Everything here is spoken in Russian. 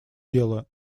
дело